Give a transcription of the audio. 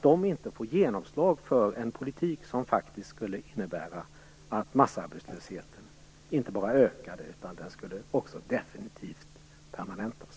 Det skulle faktiskt innebära att massarbetslösheten inte bara ökade utan att den också definitivt skulle permanentas.